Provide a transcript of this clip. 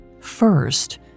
First